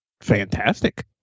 fantastic